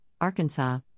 Arkansas